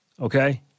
Okay